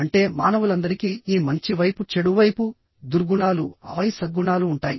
అంటే మానవులందరికీ ఈ మంచి వైపు చెడు వైపు దుర్గుణాలు ఆపై సద్గుణాలు ఉంటాయి